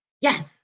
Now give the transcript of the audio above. Yes